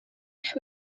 eich